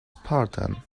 spartan